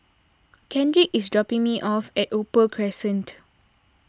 Kendrick is dropping me off at Opal Crescent